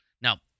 Now